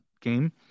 game